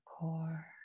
core